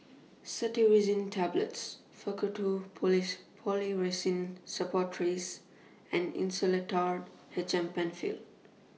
Cetirizine Tablets Faktu Police Policresulen Suppositories and Insulatard H M PenFill